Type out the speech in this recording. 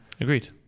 Agreed